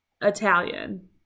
Italian